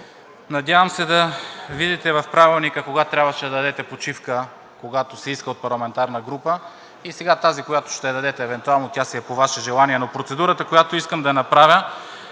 Надявам се да видите в Правилника кога трябваше да дадете почивка, когато се иска от парламентарна група, а сега тази, която ще я дадете евентуално, тя си е по Ваше желание. Процедурата, която искам да направя,